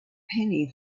penny